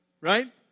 right